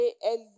elle